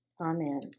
Amen